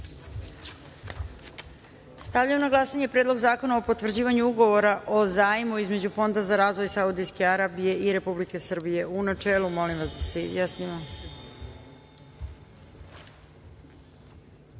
celini. Stavljam na glasanje Predlog zakona o potvrđivanju Ugovora o zajmu između Fonda za razvoj Saudijske Arabije i Republike Srbije, u načelu. Molim vas da se